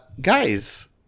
Guys